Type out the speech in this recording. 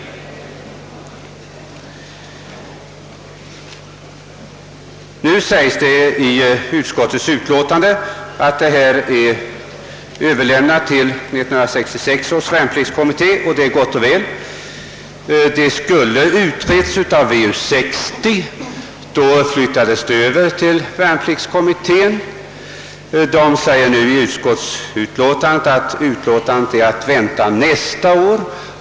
I utskottets utlåtande sägs att frågan om = frivilligorganisationernas villkor skall utredas av 1966 års värnpliktskommitté, och det är gott och väl. Den skulle också ha utretts av VU 60 men flyttades över till värnpliktskommittén. Det säges nu i utlåtandet att kommitténs förslag är att vänta nästa år.